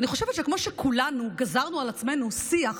אני חושבת שכמו שכולנו גזרנו על עצמנו שיח,